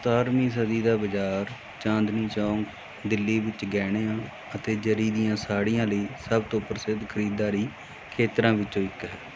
ਸਤਾਰ੍ਹਵੀਂ ਸਦੀ ਦਾ ਬਜ਼ਾਰ ਚਾਂਦਨੀ ਚੌਂਕ ਦਿੱਲੀ ਵਿੱਚ ਗਹਿਣਿਆਂ ਅਤੇ ਜਰੀ ਦੀਆਂ ਸਾੜੀਆਂ ਲਈ ਸਭ ਤੋਂ ਪ੍ਰਸਿੱਧ ਖਰੀਦਦਾਰੀ ਖੇਤਰਾਂ ਵਿੱਚੋਂ ਇੱਕ ਹੈ